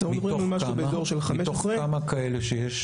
אז אנחנו מדברים על משהו באזור של 15. מתוך כמה כאלה שיש?